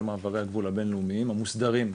מעברי הגבול הבינלאומיים המוסדרים,